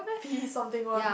P something one